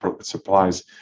supplies